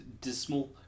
dismal